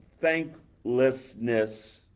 thanklessness